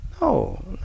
No